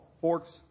forks